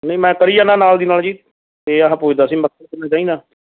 ਨਹੀਂ ਮੈਂ ਕਰੀ ਜਾਂਦਾ ਨਾਲ ਦੀ ਨਾਲ ਜੀ ਅਤੇ ਆਹ ਪੁੱਛਦਾ ਸੀ ਮੱਖਣ ਕਿੰਨਾ ਚਾਹੀਦਾ